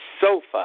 sofa